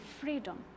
freedom